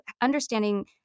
understanding